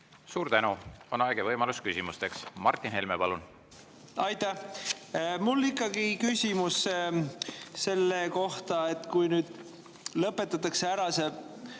Suur tänu! On aeg ja võimalus küsimusteks. Martin Helme, palun! Aitäh! Mul on ikkagi küsimus selle kohta, et kui nüüd lõpetatakse ära see